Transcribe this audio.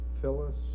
Phyllis